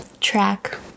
track